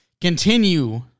continue